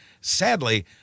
sadly